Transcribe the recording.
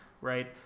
Right